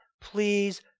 please